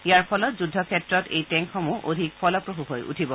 ইয়াৰ ফলত যুদ্ধক্ষেত্ৰত এই টেংকসমূহ অধিক ফলপ্ৰসু হৈ উঠিব